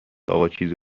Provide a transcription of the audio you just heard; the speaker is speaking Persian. آقاچیزی